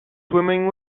swimming